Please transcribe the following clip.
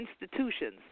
institutions